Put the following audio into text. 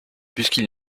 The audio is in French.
puisqu’il